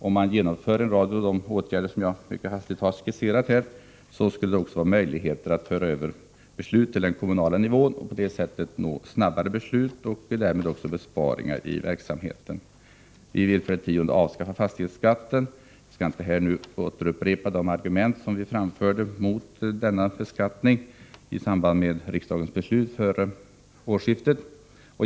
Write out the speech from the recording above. Om man genomför en rad av de åtgärder som jag mycket hastigt har skisserat, skulle det också vara möjligt att föra över beslut till den kommunala nivån och på det sättet nå snabbare beslut och därmed också besparingar i verksamheten. 10. Vi vill avskaffa fastighetsskatten. Jag skall inte nu upprepa de argument mot denna beskattning som vi framförde i samband med riksdagens beslut före årsskiftet.